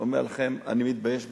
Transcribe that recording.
אומר לכם: אני מתבייש בזה.